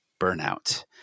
burnout